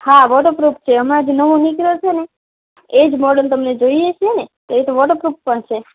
હા વૉટરપ્રૂફ છે હમણાં જ નવો નીકળ્યો છે ને એ જ મૉડલ તમને જોઇએ છે ને એ તો વૉટરપ્રૂફ પણ છે